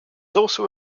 also